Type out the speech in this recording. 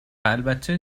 البته